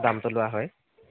দামটো লোৱা হয়